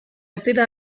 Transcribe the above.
etzira